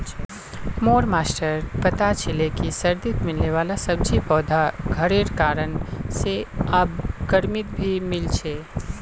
मोर मास्टर बता छीले कि सर्दित मिलने वाला सब्जि पौधा घरेर कारण से आब गर्मित भी मिल छे